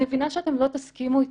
אני מבינה שאתם לא תסכימו איתי,